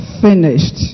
finished